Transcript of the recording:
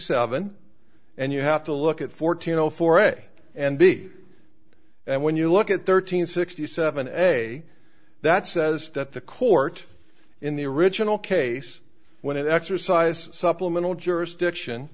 seven and you have to look at fourteen zero four a and b and when you look at thirteen sixty seven a that says that the court in the original case when an exercise supplemental jurisdiction